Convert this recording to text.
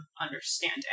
understanding